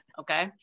okay